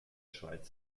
schweiz